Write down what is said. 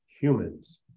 humans